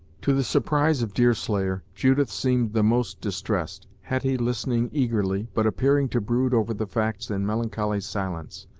to the surprise of deerslayer, judith seemed the most distressed, hetty listening eagerly, but appearing to brood over the facts in melancholy silence,